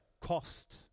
cost